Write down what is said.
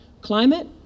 climate